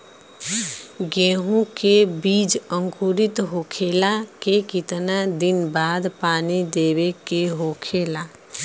गेहूँ के बिज अंकुरित होखेला के कितना दिन बाद पानी देवे के होखेला?